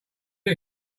you